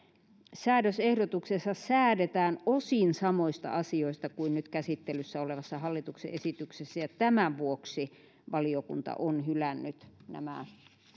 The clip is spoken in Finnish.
säädösehdotuksessa säädetään osin samoista asioista kuin nyt käsittelyssä olevassa hallituksen esityksessä ja tämän vuoksi valiokunta on hylännyt nämä